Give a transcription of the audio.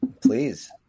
please